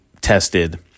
tested